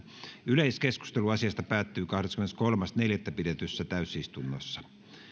yleiskeskustelu asiasta päättyi kahdeskymmeneskolmas neljättä kaksituhattakaksikymmentä pidetyssä täysistunnossa